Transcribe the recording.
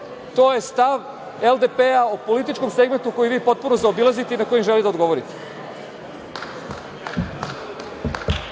to je stav LDP o političkom segmentu koji vi potpuno zaobilazite i na koji ne želite da odgovorite.